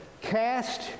cast